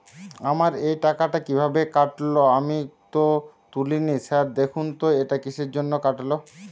আমার এই টাকাটা কীভাবে কাটল আমি তো তুলিনি স্যার দেখুন তো এটা কিসের জন্য কাটল?